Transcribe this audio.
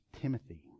Timothy